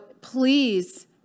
please